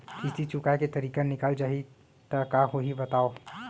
किस्ती चुकोय के तारीक निकल जाही त का होही बताव?